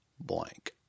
Blank